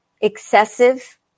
excessive